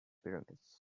pyramids